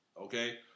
Okay